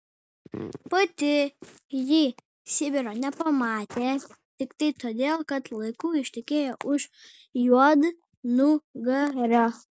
pati ji sibiro nepamatė tiktai todėl kad laiku ištekėjo už juodnugario